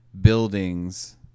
buildings